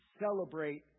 celebrate